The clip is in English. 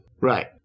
right